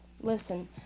Listen